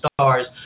Stars